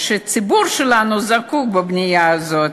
הציבור שלנו זקוק לבנייה הזאת,